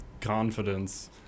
confidence